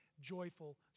joyful